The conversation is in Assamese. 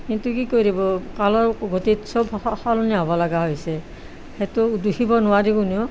কিন্তু কি কৰিব কালৰ গতিত চব সলনি হ'ব লগা হৈছে সেইটো দেখিব নোৱাৰে কোনেও